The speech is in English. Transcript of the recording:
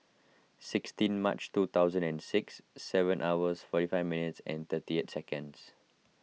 sixteen March two thousand and six seven hours forty five minutes and thirty eight seconds